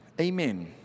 Amen